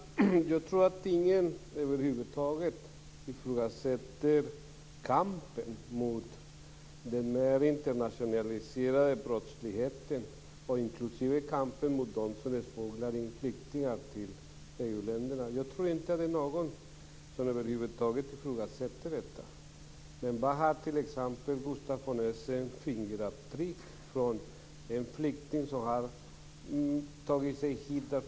Herr talman! Jag tror inte att någon över huvud taget ifrågasätter kampen mot den internationaliserade brottsligheten, inklusive kampen mot dem som smugglar in flyktingar till EU-länderna. Jag tror inte någon ifrågasätter detta. Vad använder Gustaf von Essen fingeravtryck till från en flykting som har tagit sig hit?